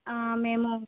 మేము